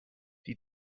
die